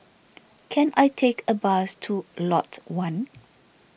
can I take a bus to Lot one